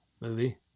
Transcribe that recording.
movie